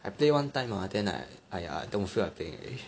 I play one time hor then I !aiya! don't feel like playing already